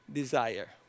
desire